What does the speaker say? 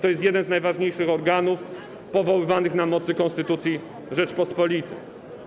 To jest jeden z najważniejszych organów powoływanych na mocy konstytucji Rzeczypospolitej.